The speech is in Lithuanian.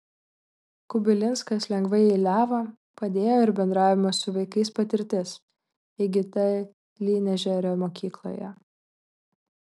kubilinskas lengvai eiliavo padėjo ir bendravimo su vaikais patirtis įgyta lynežerio mokykloje